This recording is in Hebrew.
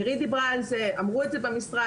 נירית דיברה על זה, אמרו את זה במשרד.